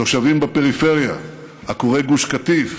תושבים בפריפריה, עקורי גוש קטיף